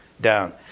down